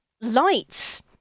lights